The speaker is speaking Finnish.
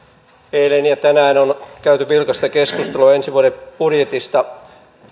eilen ja tänään on käyty vilkasta keskustelua ensi vuoden budjetista